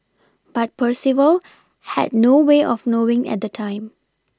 but Percival had no way of knowing at the time